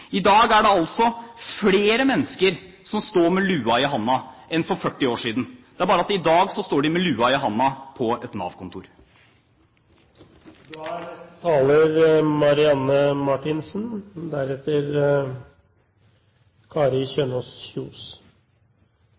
I dag er det altså flere mennesker som står med lua i handa, enn for 40 år siden. Det er bare det at i dag står de med lua i handa på